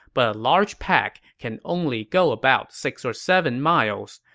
but a large pack can only go about six or seven miles